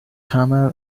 camel